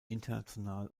international